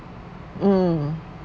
mm